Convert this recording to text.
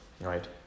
Right